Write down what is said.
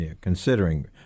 considering